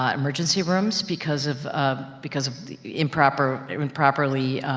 um emergency rooms because of, ah, because of the improper or improperly,